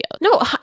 No